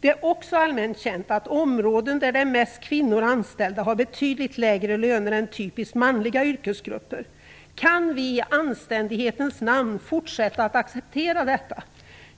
Det är också allmänt känt att yrken på områden där det är mest kvinnor anställda har betydligt lägre löner än typiskt manliga yrkesgrupper. Kan vi i anständighetens namn fortsätta att acceptera detta?